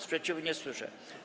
Sprzeciwu nie słyszę.